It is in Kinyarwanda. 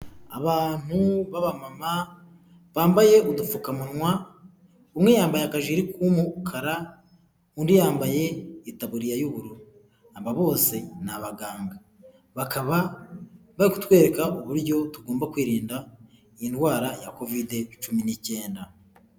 abantu b'abamama bambaye udupfukamunwa umwe yambaye akajire k'umukara undi yambaye itaburiya y'ubururu aba bose ni abaganga bakaba bari kutwereka uburyo tugomba kwirinda indwara ya covid cumi n'icyenda.